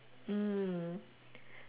mm